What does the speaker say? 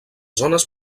zones